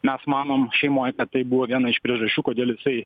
mes manom šeimoj kad tai buvo viena iš priežasčių kodėl jisai